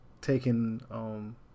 taking